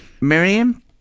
Miriam